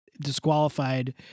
disqualified